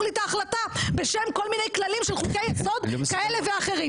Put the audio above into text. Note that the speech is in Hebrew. לי את ההחלטה בשם כל מיני כללים של חוקי יסוד כאלה ואחרים?